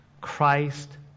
Christ